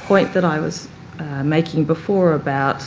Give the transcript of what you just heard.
point that i was making before about